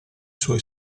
suoi